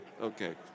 Okay